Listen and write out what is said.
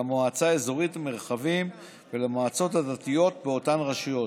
למועצה האזורית מרחבים ולמועצות הדתיות באותן רשויות,